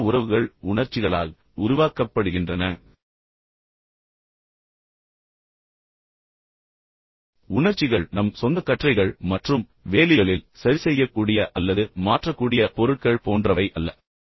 மனித உறவுகள் உணர்ச்சிகளால் உருவாக்கப்படுகின்றன பின்னர் உணர்ச்சிகள் நம் சொந்த கற்றைகள் மற்றும் வேலிகளில் சரிசெய்யக்கூடிய அல்லது மாற்றக்கூடிய பொருட்கள் போன்றவை அல்ல